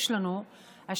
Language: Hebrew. יש לנו השקעה